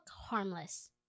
harmless